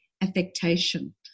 affectation